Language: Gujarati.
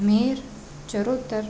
મેર ચરોતર